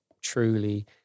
truly